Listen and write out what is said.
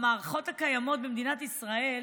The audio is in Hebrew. במערכות הקיימות במדינת ישראל,